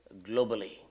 globally